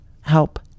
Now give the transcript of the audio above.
help